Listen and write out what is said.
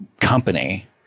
company